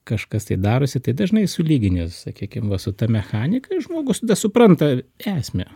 kažkas darosi tai dažnai sulygini juos sakykim va su ta mechanika ir žmogus supranta esmę